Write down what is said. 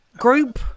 group